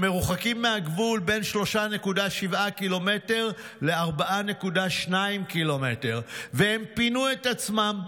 הם מרוחקים מהגבול בין 3.7 ק"מ ל-4.2 ק"מ והם פינו את עצמם.